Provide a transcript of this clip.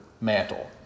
mantle